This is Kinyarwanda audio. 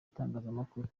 itangazamakuru